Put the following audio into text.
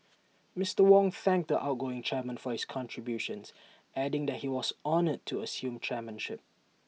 Mister Wong thanked the outgoing chairman for his contributions adding that he was honoured to assume chairmanship